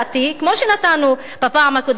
כמו שנתנו בפעם הקודמת,